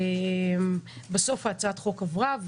בסוף הצעת החוק עברה,